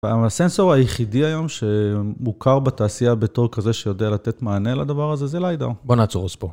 הסנסור היחידי היום שמוכר בתעשייה בתור כזה שיודע לתת מענה לדבר הזה זה ליידר. בוא נעצור אז פה.